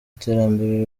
iterambere